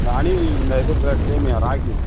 இந்த அணில் இந்த இது இருக்குதுல சேமியா ராகி